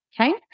Okay